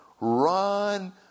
Run